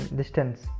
distance।